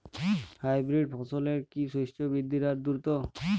Hybrid ফসলের কি শস্য বৃদ্ধির হার দ্রুত?